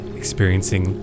experiencing